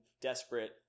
desperate